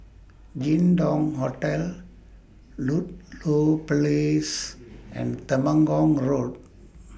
Jin Dong Hotel Ludlow Place and Temenggong Road